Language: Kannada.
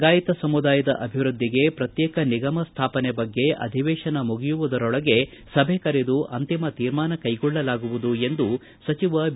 ವೀರಶೈವ ಲಿಂಗಾಯತ ಸಮುದಾಯದ ಅಭಿವೃದ್ದಿಗೆ ಪ್ರತ್ತೇಕ ನಿಗಮ ಸ್ಥಾಪನೆ ಬಗ್ಗೆ ಅಧಿವೇಶನ ಮುಗಿಯುವುದರೊಳಗೆ ಸಭೆ ಕರೆದು ಅಂತಿಮ ತೀರ್ಮಾನ ಕೈಗೊಳ್ಳಲಾಗುವುದು ಎಂದು ಸಚಿವ ಬಿ